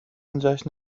جشن